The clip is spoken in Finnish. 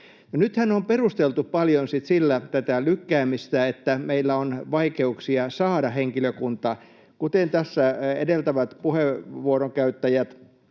nythän on perusteltu paljon sitten tätä lykkäämistä sillä, että meillä on vaikeuksia saada henkilökuntaa. Kuten tässä edeltävät puheenvuoron käyttäjät